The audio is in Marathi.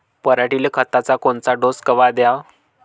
पऱ्हाटीले खताचा कोनचा डोस कवा द्याव?